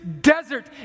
desert